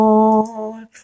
Lord